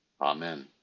Amen